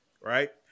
Right